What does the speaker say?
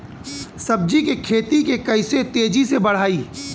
सब्जी के खेती के कइसे तेजी से बढ़ाई?